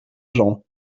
jean